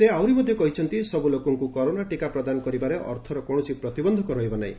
ସେ ଆହୁରି ମଧ୍ୟ କହିଛନ୍ତି ସବୁ ଲୋକଙ୍କୁ କରୋନା ଟୀକା ପ୍ରଦାନ କରିବାରେ ଅର୍ଥର କୌଣସି ପ୍ରତିବନ୍ଧକ ନାହିଁ